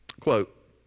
Quote